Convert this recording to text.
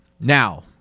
Now